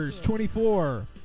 24